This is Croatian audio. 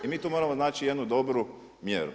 I mi tu moramo naći jednu dobru mjeru.